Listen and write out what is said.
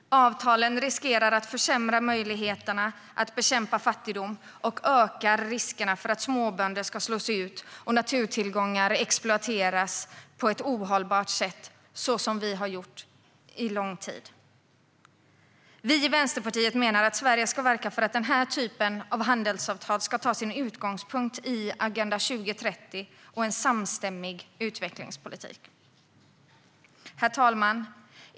Avtalen riskerar att försämra möjligheterna att bekämpa fattigdom och ökar riskerna för att småbönder slås ut och naturtillgångar exploateras på ett ohållbart sätt, så som vi har gjort under lång tid. Vi i Vänsterpartiet menar att Sverige ska verka för att den här typen av handelsavtal ska ta sin utgångspunkt i Agenda 2030 och en samstämmig utvecklingspolitik. Herr talman!